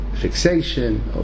fixation